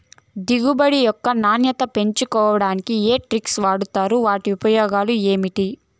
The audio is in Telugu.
దిగుబడి యొక్క నాణ్యత పెంచడానికి ఏ టెక్నిక్స్ వాడుతారు వాటి ఉపయోగాలు ఏమిటి?